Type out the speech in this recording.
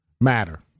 matter